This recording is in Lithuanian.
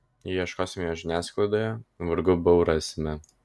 jei ieškosime jo žiniasklaidoje vargu bau rasime